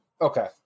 Okay